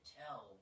tell